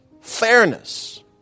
fairness